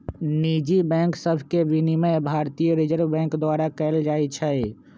निजी बैंक सभके विनियमन भारतीय रिजर्व बैंक द्वारा कएल जाइ छइ